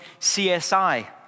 CSI